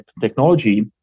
technology